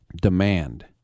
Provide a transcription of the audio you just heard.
demand